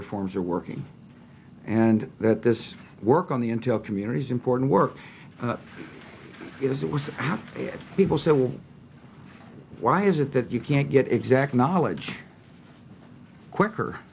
reforms are working and that this work on the intel community is important work is that was how people said well why is it that you can't get exact knowledge quicker